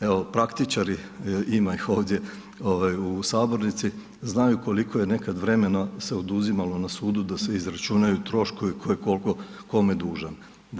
Evo praktičari, ima ih ovdje u sabornici, znaju koliko je nekada vremena se oduzimalo na sudu, da se izračunaju troškovi, ko je koliko kome dužan.